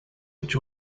which